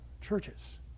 churches